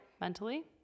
mentally